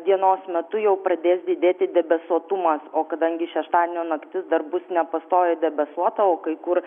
dienos metu jau pradės didėti debesuotumas o kadangi šeštadienio naktis dar bus nepastoviai debesuota o kai kur